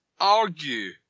argue